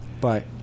Bye